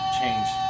change